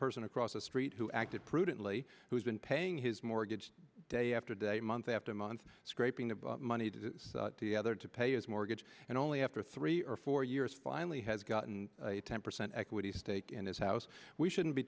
person across the street who acted prudently who's been paying his mortgage day after day month after month scraping the money to the other to pay his mortgage and only after three or four years finally has gotten a ten percent equity stake in his house we shouldn't be